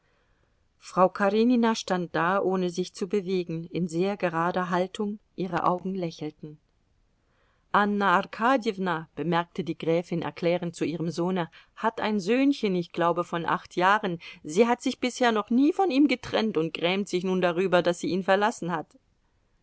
frau karenina stand da ohne sich zu bewegen in sehr gerader haltung ihre augen lächelten anna arkadjewna bemerkte die gräfin erklärend zu ihrem sohne hat ein söhnchen ich glaube von acht jahren sie hat sich bisher noch nie von ihm getrennt und grämt sich nun darüber daß sie ihn verlassen hat